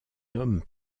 homme